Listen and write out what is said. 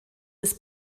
des